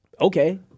Okay